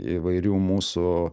įvairių mūsų